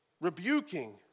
rebuking